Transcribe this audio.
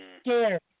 scared